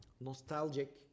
nostalgic